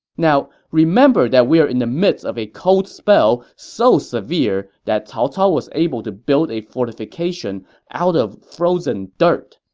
now remember we're in the midst of a cold spell so severe that cao cao was able to build a fortification out of frozen dirt,